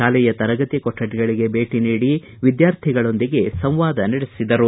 ಶಾಲೆಯ ತರಗತಿ ಕೊಠಡಿಗಳಿಗೆ ಭೇಟಿ ನೀಡಿ ವಿದ್ವಾರ್ಥಿಗಳೊಂದಿಗೆ ಸಂವಾದ ನಡೆಸಿದರು